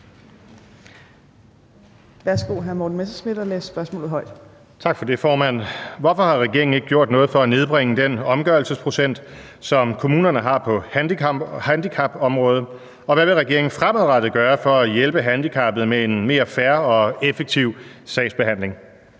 Hvorfor har regeringen ikke gjort noget for at nedbringe den omgørelsesprocent, som kommunerne har på handicapområdet, og hvad vil regeringen fremadrettet gøre for at hjælpe handicappede med en mere fair og effektiv behandling?